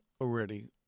already